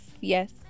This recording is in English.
Yes